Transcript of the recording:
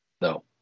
No